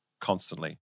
constantly